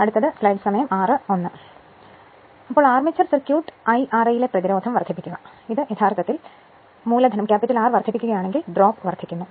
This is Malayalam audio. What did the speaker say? അതിനാൽ ആർമേച്ചർ സർക്യൂട്ട് I ra ലെ പ്രതിരോധം വർദ്ധിപ്പിക്കുക ഇത് യഥാർത്ഥത്തിൽ ഈ മൂലധനം R വർദ്ധിപ്പിക്കുകയാണെങ്കിൽ ഡ്രോപ്പ് വർദ്ധിക്കുന്നു